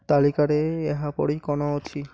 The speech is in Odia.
ତାଲିକାରେ ଏହା ପରେ କ'ଣ ଅଛି